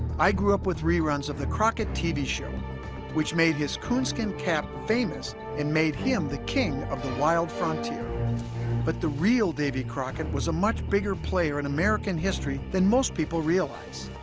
i grew up with reruns of the crockett tv show which made his coonskin cap famous and made him the king of the wild frontier but the real davy crockett was a much bigger player in american history than most people realize